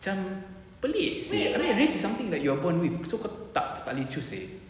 macam pelik seh I mean race is something like you're born with so kau tak boleh choose seh